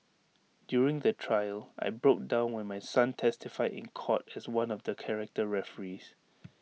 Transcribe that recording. during the trial I broke down when my son testified in court as one of the character referees